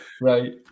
right